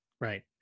Right